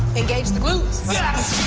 engage the glutes! yeah